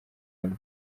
banyu